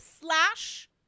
slash